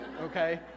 Okay